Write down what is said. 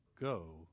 go